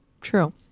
true